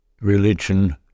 religion